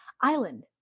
island